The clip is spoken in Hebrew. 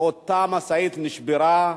אותה משאית נשברה,